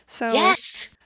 Yes